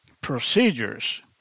procedures